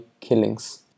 killings